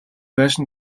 байшин